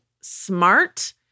smart